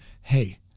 Hey